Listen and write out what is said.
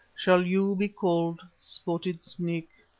shall you be called spotted snake,